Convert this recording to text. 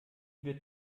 wird